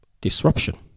disruption